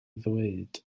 ddweud